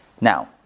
Now